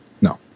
No